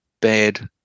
bad